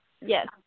Yes